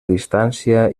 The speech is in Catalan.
distància